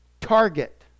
Target